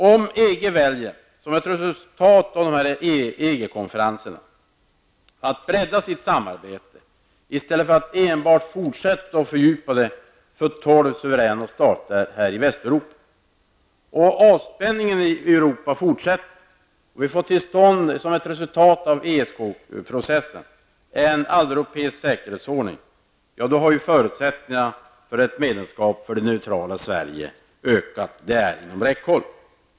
Om EG väljer, som ett resultat av de konferenserna, att bredda sitt samarbete i stället för att enbart fortsätta att fördjupa det för tolv suveräna stater i Västeuropa, om avspänningen i Europa fortsätter och ESK-processen resulterar i en alleuropeisk säkerhetsordning, då har förutsättningarna för ett medlemskap för det neutrala Sverige ökat och är inom räckhåll.